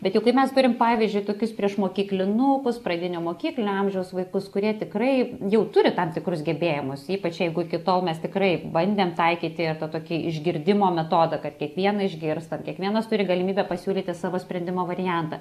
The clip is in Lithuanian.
bet jau kai mes turim pavyzdžiui tokius priešmokyklinukus pradinio mokyklinio amžiaus vaikus kurie tikrai jau turi tam tikrus gebėjimus ypač jeigu iki tol mes tikrai bandėm taikyti tą tokį išgirdimo metodą kad kiekvieną išgirstam kiekvienas turi galimybę pasiūlyti savo sprendimo variantą